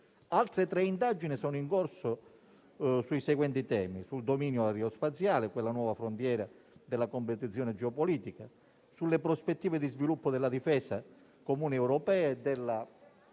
Altre tre indagini sono in corso sui seguenti temi: sul dominio aerospaziale, la nuova frontiera della competizione geopolitica; sulle prospettive di sviluppo della difesa comune europea e della